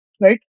right